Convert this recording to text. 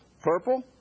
purple